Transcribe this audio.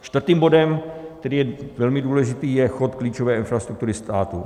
Čtvrtým bodem, který je velmi důležitý, je chod klíčové infrastruktury státu.